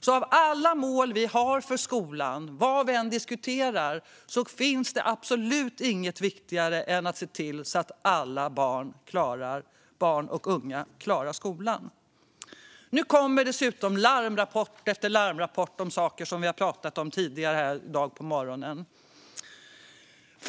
så av alla mål vi har för skolan, vad vi än diskuterar, finns det absolut inget viktigare än att se till att alla barn och unga klarar skolan. Nu kommer dessutom larmrapport efter larmrapport om sådant som vi har pratat om tidigare i dag på morgonen.